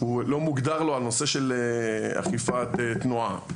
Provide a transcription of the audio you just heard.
הוא לא מוגדר לו הנושא של אכיפת תנועה.